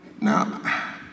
Now